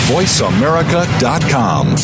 VoiceAmerica.com